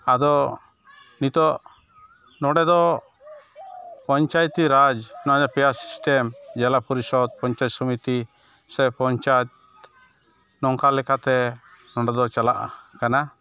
ᱟᱫᱚ ᱱᱤᱛᱚᱜ ᱱᱚᱰᱮᱫᱚ ᱯᱚᱧᱪᱟᱭᱮᱛᱤᱨᱟᱡᱽ ᱱᱚᱜᱼᱚᱭ ᱡᱮ ᱯᱮᱭᱟ ᱥᱤᱥᱴᱮᱢ ᱡᱮᱞᱟ ᱯᱚᱨᱤᱥᱚᱫᱽ ᱯᱚᱧᱪᱟᱭᱮᱛ ᱥᱚᱢᱤᱛᱤ ᱥᱮ ᱯᱚᱧᱪᱟᱭᱮᱛ ᱱᱚᱝᱠᱟ ᱞᱮᱠᱟᱛᱮ ᱱᱚᱰᱮᱫᱚ ᱪᱟᱞᱟᱜᱼᱟ ᱠᱟᱱᱟ